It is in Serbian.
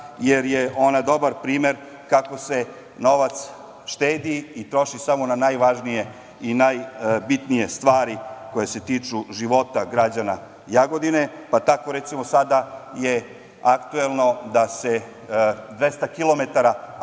jer je ona dobar primer kako se novac štedi i troši samo na najvažnije i najbitnije stvari koje se tiču života građana Jagodina. Tako, recimo, sada je aktuelno da se 200 km atarskih